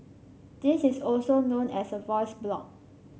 this is also known as a voice blog